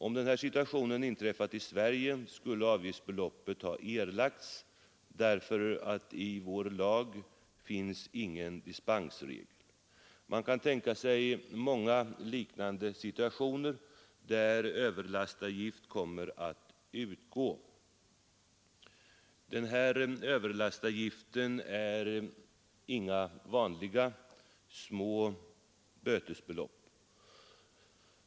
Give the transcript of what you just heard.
Om denna situation inträffat i Sverige, skulle avgiftsbeloppet erlagts, eftersom det i den svenska lagen om överlastavgift icke finns någon dispensregel. Man kan tänka sig många liknande situationer där överlastavgift kommer att utgå. Den här överlastavgiften består inte av några vanliga små bötesbelopp.